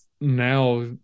now